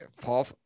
Paul